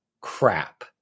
crap